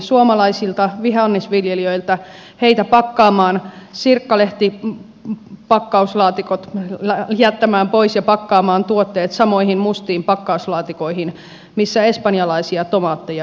nyt vielä s ryhmä vaatii suomalaisia vihannesviljelijöitä sirkkalehtipakkauslaatikot jättämään pois ja pakkaamaan tuotteet samoihin mustiin pakkauslaatikoihin missä espanjalaisia tomaatteja myydään